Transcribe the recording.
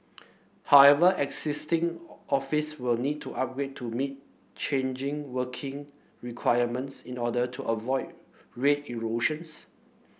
however existing office will need to upgrade to meet changing working requirements in order to avoid rate erosions